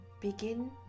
begin